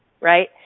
right